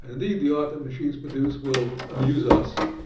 and indeed, the art that machines produce will amuse us.